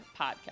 podcast